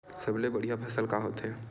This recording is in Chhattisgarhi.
सबले बढ़िया फसल का होथे?